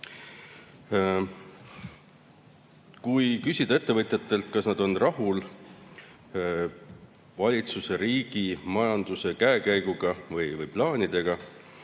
Kui küsida ettevõtjatelt, kas nad on rahul valitsuse, riigi, majanduse käekäiguga või plaanidega,